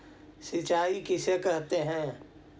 सिंचाई किसे कहते हैं?